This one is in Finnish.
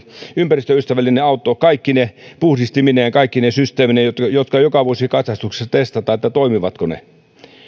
ympäristöystävällinen auto kaikkine puhdistimineen ja kaikkine systeemeineen jotka jotka joka vuosi katsastuksessa testataan toimivatko ne